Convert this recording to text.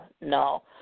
no